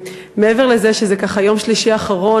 מעבר לזה שזה ככה יום שלישי האחרון